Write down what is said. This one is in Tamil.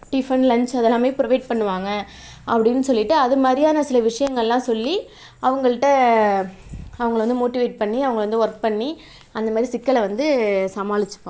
டிஃபன் லஞ்ச் அதெல்லாமே ப்ரொவைட் பண்ணுவாங்கள் அப்படின்னு சொல்லிட்டு அதுமாதிரியான சில விஷயங்கள்லாம் சொல்லி அவங்கள்ட்ட அவங்கள வந்து மோட்டிவேட் பண்ணி அவங்கள வந்து ஒர்க் பண்ணி அந்தமாதிரி சிக்கலை வந்து சமாளிச்சிப்போம்